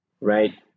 right